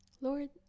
Lord